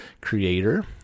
creator